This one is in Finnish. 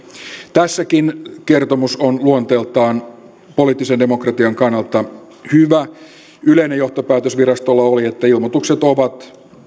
tässäkin kertomus on luonteeltaan poliittisen demokratian kannalta hyvä yleinen johtopäätös virastolla oli että ilmoitukset ovat